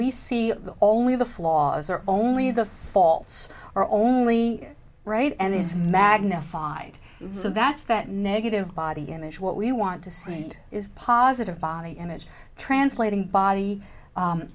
we see only the flaws or only the faults or only right and it's magnified so that's that negative body image what we want to see is positive body image translating body